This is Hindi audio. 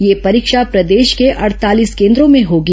यह परीक्षा प्रदेश के अडतालीस केन्द्रों में होगी